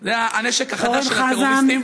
זה הנשק החדש של הטרוריסטים.